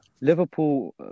Liverpool